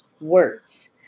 words